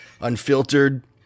unfiltered